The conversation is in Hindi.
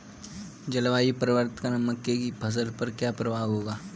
जलवायु परिवर्तन का मक्के की फसल पर क्या प्रभाव होगा?